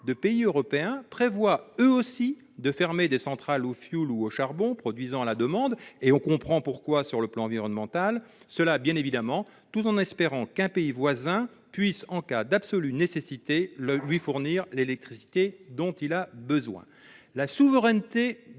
de pays européens prévoient eux aussi de fermer des centrales au fioul ou au charbon produisant à la demande- on comprend pourquoi sur le plan environnemental -, cela en espérant qu'un pays voisin puisse, en cas d'absolue nécessité, leur fournir l'électricité dont ils ont besoin ? La souveraineté